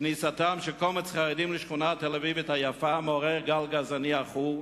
כניסתם של קומץ חרדים לשכונה התל-אביבית היפה מעוררת גל גזעני עכור,